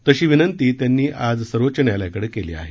तशी विनंती त्यांनी आज सर्वोच्च न्यायालयाकडे केली आहे